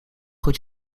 goed